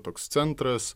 toks centras